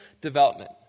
development